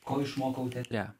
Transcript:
ko išmokau teatre